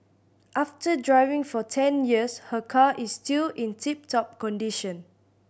after driving for ten years her car is still in tip top condition